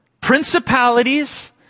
principalities